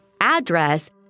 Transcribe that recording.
address